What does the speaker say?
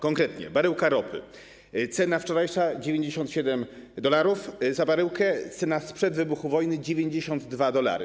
Konkretnie: baryłka ropy, cena wczorajsza - 97 dolarów za baryłkę, cena sprzed wybuchu wojny - 92 dolary.